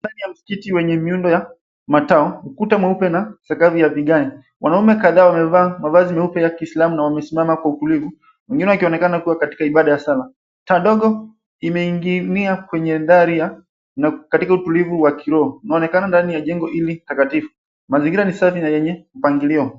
Ndani ya msikiti wenye miundo ya matao, ukuta mweupe na sakafu ya vigae. Wanaume kadhaa wamevaa mavazi meupe ya kiislamu na wamesimama kwa utulivu. Mwingine akionekana kuwa katika ibada ya sala. Taa ndogo imening'inia kwenye dari ya na katika utulivu wa kiroho unaonekana ndani ya jengo hili takatifu. Mazingira ni safi na yenye mpangilio.